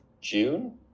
June